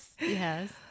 yes